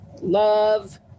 love